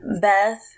Beth